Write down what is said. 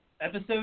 Episode